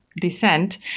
descent